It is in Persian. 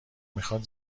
میخواد